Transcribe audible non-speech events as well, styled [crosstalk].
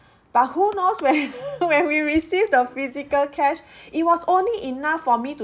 but who knows when [laughs] when we received the physical cash it was only enough for me to